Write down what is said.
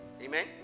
Amen